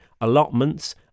allotments